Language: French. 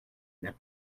n’a